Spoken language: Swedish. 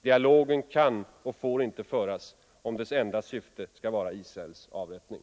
Dialogen kan och får inte föras om dess enda syfte skall vara Israels avrättning.